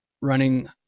running